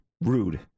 Rude